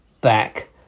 back